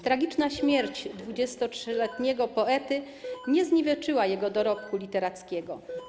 Tragiczna śmierć 23-letniego poety nie zniweczyła jego dorobku literackiego.